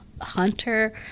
Hunter